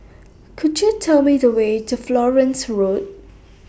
Could YOU Tell Me The Way to Florence Road